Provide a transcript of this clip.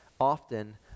often